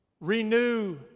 Renew